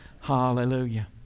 Hallelujah